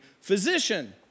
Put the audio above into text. Physician